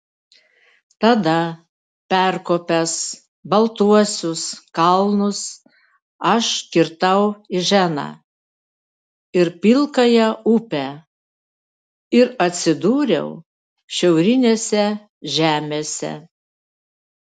tada perkopęs baltuosius kalnus aš kirtau iženą ir pilkąją upę ir atsidūriau šiaurinėse žemėse